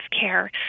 care